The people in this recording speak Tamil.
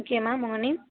ஓகே மா மார்னிங்